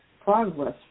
progress